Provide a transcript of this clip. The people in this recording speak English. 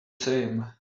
same